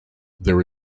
there